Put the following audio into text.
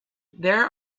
there